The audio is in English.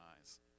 eyes